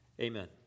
Amen